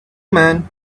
men